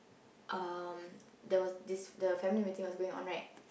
um there was this the family meeting was going on right